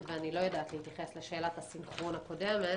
ואני לא יודעת להתייחס לשאלת הסנכרון הקודמת.